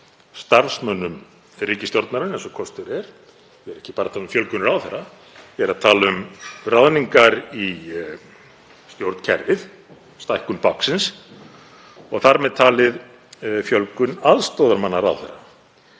ég er að tala um ráðningar í stjórnkerfið, stækkun báknsins, og þar með talið fjölgun aðstoðarmanna ráðherra.